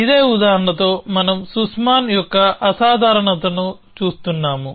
ఇదే ఉదాహరణతో మనం సుస్మాన్ యొక్క అసాధారణతను చూస్తున్నాము